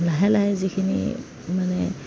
লাহে লাহে যিখিনি মানে